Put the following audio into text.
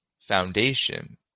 foundation